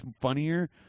funnier